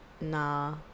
Nah